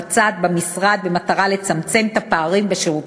המבצעת במטרה לצמצם את הפערים בתחום הבריאות.